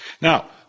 Now